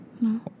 No